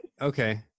Okay